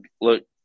look